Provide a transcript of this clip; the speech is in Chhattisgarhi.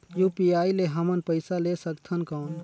यू.पी.आई ले हमन पइसा ले सकथन कौन?